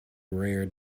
rare